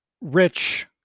rich